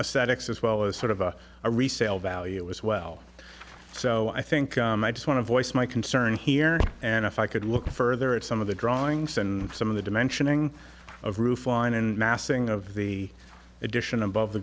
ascetics as well as sort of a resale value as well so i think i just want to voice my concern here and if i could look further at some of the drawings and some of the dimensioning of roofline and massing of the addition above the